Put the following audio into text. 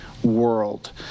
world